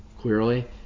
clearly